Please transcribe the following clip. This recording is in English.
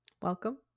welcome